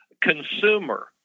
consumer